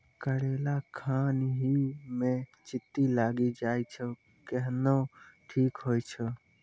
करेला खान ही मे चित्ती लागी जाए छै केहनो ठीक हो छ?